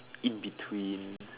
in between